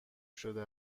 شده